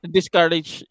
discourage